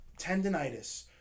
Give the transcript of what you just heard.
tendonitis